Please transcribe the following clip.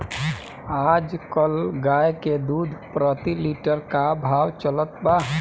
आज कल गाय के दूध प्रति लीटर का भाव चलत बा?